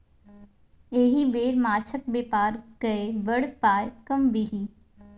एहि बेर माछक बेपार कए बड़ पाय कमबिही